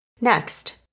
Next